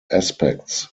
aspects